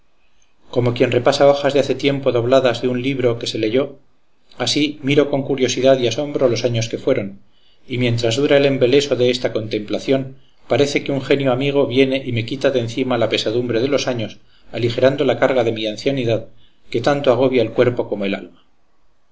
como quien repasa hojas hace tiempo dobladas de un libro que se leyó así miro con curiosidad y asombro los años que fueron y mientras dura el embeleso de esta contemplación parece que un genio amigo viene y me quita de encima la pesadumbre de los años aligerando la carga de mi ancianidad que tanto agobia el cuerpo como el alma